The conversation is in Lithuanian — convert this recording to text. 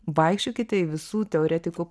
vaikščiokite į visų teoretikų